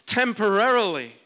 temporarily